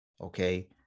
Okay